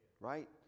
Right